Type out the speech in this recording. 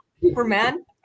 Superman